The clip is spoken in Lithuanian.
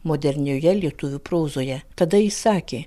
modernioje lietuvių prozoje tada jis sakė